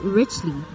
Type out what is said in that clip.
richly